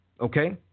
Okay